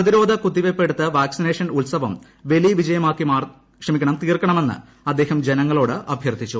പ്രതിരോധ കുത്തിവയ്പെടുത്ത് വാക്സിനേഷൻ ഉത്സവം വലിയ വിജയമാക്കി തീർക്കണമെന്ന് അദ്ദേഹം ജനങ്ങളോട് അഭ്യർത്ഥിച്ചു